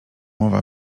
mowa